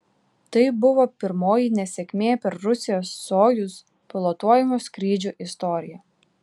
tai buvo pirmoji nesėkmė per rusijos sojuz pilotuojamų skrydžių istoriją